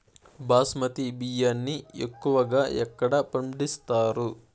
బాస్మతి బియ్యాన్ని ఎక్కువగా ఎక్కడ పండిస్తారు?